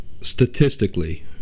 statistically